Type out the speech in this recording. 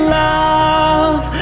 love